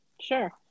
Sure